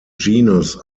genus